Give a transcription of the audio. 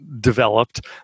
developed